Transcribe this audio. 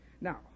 now